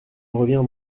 reviens